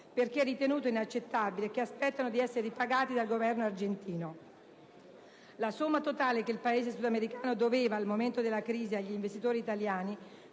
perché ritenuto inaccettabile, e che aspettano di essere ripagati dal Governo argentino. La somma totale che il Paese sudamericano doveva al momento della crisi agli investitori italiani